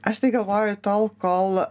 aš tai galvoju tol kol